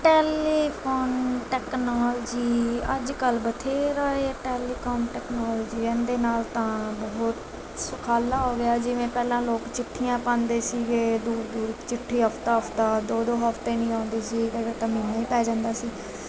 telephone technology ਅੱਜ ਕੱਲ੍ਹ ਬਥੇਰਾ ਇਹ ਟੈਲੀਕਾਮ ਟੈਕਨੋਲਜੀ ਇਹਦੇ ਨਾਲ ਤਾਂ ਬਹੁਤ ਸੁਖਾਲਾ ਹੋ ਗਿਆ ਜਿਵੇਂ ਪਹਿਲਾਂ ਲੋਕ ਚਿੱਠੀਆਂ ਪਾਉਂਦੇ ਸੀਗੇ ਦੂਰ ਦੂਰ ਚਿੱਠੀ ਹਫਤਾ ਹਫਤਾ ਦੋ ਦੋ ਹਫਤੇ ਨਹੀਂ ਆਉਂਦੀ ਸੀ ਕਈ ਵਾਰ ਤਾਂ ਮਹੀਨਾ ਵੀ ਪੈ ਜਾਂਦਾ ਸੀ